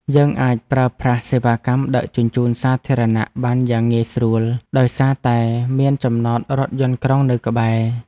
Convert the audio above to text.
យើងអាចប្រើប្រាស់សេវាកម្មដឹកជញ្ជូនសាធារណៈបានយ៉ាងងាយស្រួល ដោយសារតែមានចំណតរថយន្តក្រុងនៅក្បែរ។